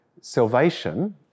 salvation